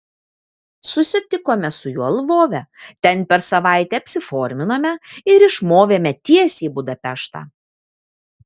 susitikome su juo lvove ten per savaitę apsiforminome ir išmovėme tiesiai į budapeštą